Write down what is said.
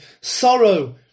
sorrow